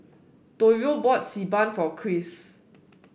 Toivo bought Xi Ban for Chris